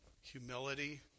humility